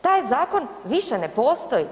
Taj zakon više ne postoji.